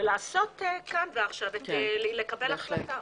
לעשות כאן ועכשיו ולקבל החלטה.